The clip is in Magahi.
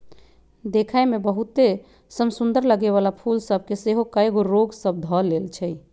देखय में बहुते समसुन्दर लगे वला फूल सभ के सेहो कएगो रोग सभ ध लेए छइ